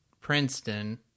Princeton